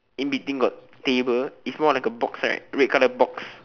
in between got table it's more like a box right red colour box